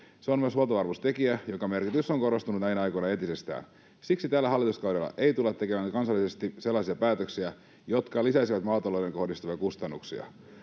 Se on myös huoltovarmuustekijä, jonka merkitys on korostunut näinä aikoina entisestään. Siksi tällä hallituskaudella ei tulla tekemään kansallisesti sellaisia päätöksiä, jotka lisäisivät maatalouteen kohdistuvia kustannuksia.